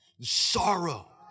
sorrow